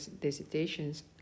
dissertations